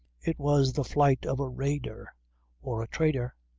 it was the flight of a raider or a traitor?